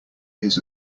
his